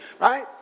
right